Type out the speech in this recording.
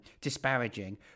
disparaging